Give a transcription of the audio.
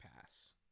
pass